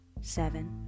seven